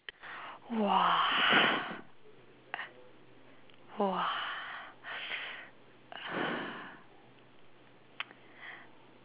!wah! !wah!